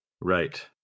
Right